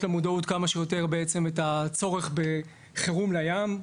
למודעות בעצם כמה שיותר את הצורך בחירום לים,